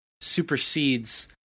supersedes